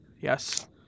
yes